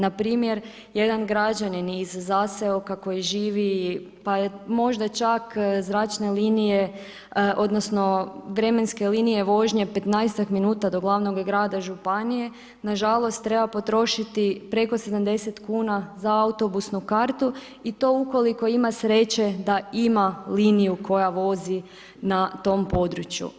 Na primjer, jedan građanin iz zaseoka koji živi, pa možda čak zračne linije, odnosno vremenske linije vožnje 15-tak minuta do glavnog grada Županije, nažalost treba potrošiti preko 70 kuna za autobusnu kartu i to ukoliko ima sreće da ima liniju koja vozi na tom području.